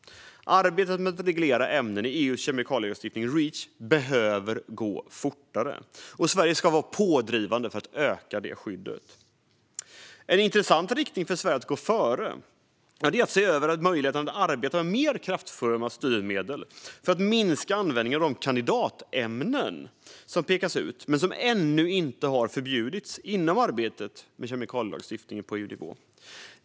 Arbetet med att reglera ämnen i EU:s kemikalielagstiftning Reach behöver gå fortare, och Sverige ska vara pådrivande för att öka det skyddet. En intressant riktning för Sverige att gå före är att se över möjligheten att arbeta med mer kraftfulla styrmedel för att minska användningen av de kandidatämnen som pekas ut men ännu inte har förbjudits inom arbetet med kemikalielagstiftningen på EU-nivå.